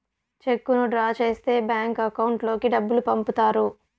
చెక్కును డ్రా చేస్తే bank account లోకి డబ్బులు పంపుతారు